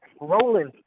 rolling